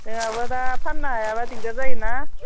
जोंहाबो दा फाननो हायाबा दिग्दार जायोना